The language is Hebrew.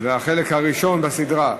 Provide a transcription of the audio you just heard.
זה החלק הראשון בסדרה.